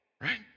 Right